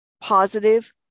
positive